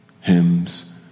hymns